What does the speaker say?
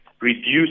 reduce